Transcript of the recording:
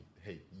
hey